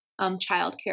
childcare